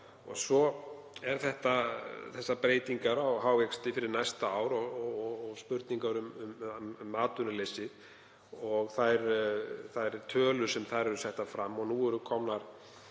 Svo eru það þessar breytingar á hagvexti fyrir næsta ár og spurningar um atvinnuleysi og þær tölur sem þar eru settar fram. Nú eru komnar